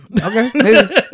Okay